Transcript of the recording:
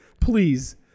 please